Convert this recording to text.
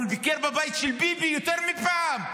אבל ביקר בבית של ביבי יותר מפעם,